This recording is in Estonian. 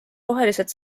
rohelised